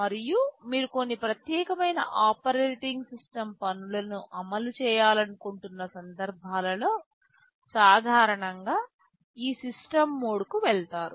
మరియు మీరు కొన్ని ప్రత్యేకమైన ఆపరేటింగ్ సిస్టమ్ పనులను అమలు చేయాలనుకుంటున్న సందర్భాలలో సాధారణంగా ఈ సిస్టమ్ మోడ్కు వెళతారు